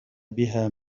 بها